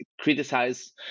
criticize